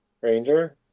Ranger